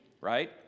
right